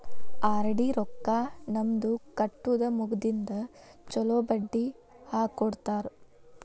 RD ರೊಕ್ಕಾ ನಮ್ದ ಕಟ್ಟುದ ಮುಗದಿಂದ ಚೊಲೋ ಬಡ್ಡಿ ಹಾಕ್ಕೊಡ್ತಾರ